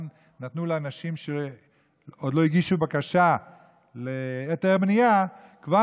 אנשים שעוד לא הגישו בקשה להיתר בנייה כבר